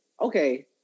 Okay